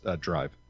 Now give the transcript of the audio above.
drive